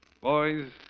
Boys